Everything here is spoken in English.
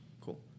Cool